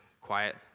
quiet